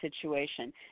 situation